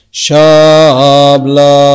shabla